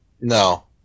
No